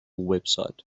website